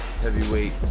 heavyweight